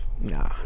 Nah